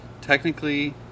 technically